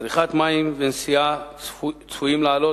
צריכת מים ונסועה צפויים לעלות,